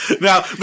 Now